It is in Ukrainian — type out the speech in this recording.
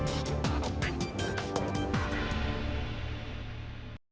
Дякую.